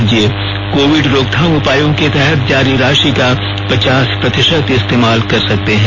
राज्य कोविड रोकथाम उपायों के तहत जारी राशि का पचास प्रतिशत इस्तेमाल कर सकते हैं